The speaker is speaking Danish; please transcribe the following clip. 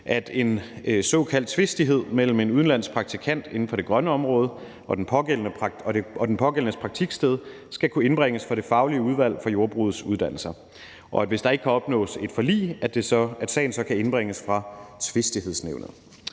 at en såkaldt tvistighed mellem en udenlandsk praktikant inden for det grønne område og den pågældendes praktiksted skal kunne indbringes for Det faglige udvalg for Jordbrugets Uddannelser, og at hvis der ikke kan opnås et forlig, kan sagen så indbringes for Tvistighedsnævnet.